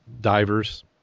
divers